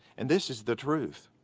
and this is the truth.